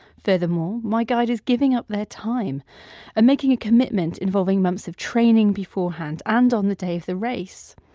furthermore, my guide is giving up their time and making a commitment involving months of training beforehand and on the day of the race.